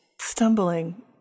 stumbling